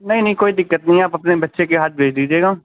نہیں نہیں کوئی دقت نہیں ہے آپ اپنے بچے کے ہاتھ بھیج دیجیے گا